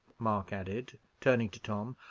mark added, turning to tom,